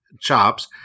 chops